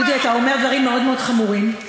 דודי, אתה אומר דברים חמורים מאוד מאוד.